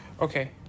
Okay